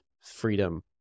freedom